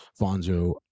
Fonzo